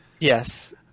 Yes